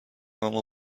اما